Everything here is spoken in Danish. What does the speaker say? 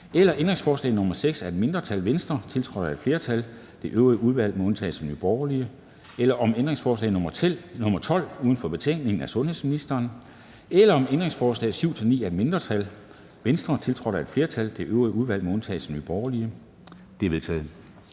om ændringsforslag nr. 6, af et mindretal (V), tiltrådt af et flertal (det øvrige udvalg med undtagelse af NB), om ændringsforslag nr. 12, uden for betænkningen, af sundhedsministeren, eller om ændringsforslag nr. 7-9, af et mindretal (V), tiltrådt af et flertal (det øvrige udvalg med undtagelse af NB)? De er vedtaget.